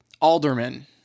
Alderman